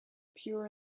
pure